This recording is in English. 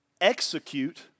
Execute